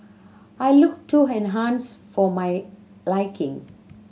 I looked too enhanced for my liking